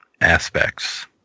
aspects